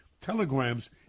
telegrams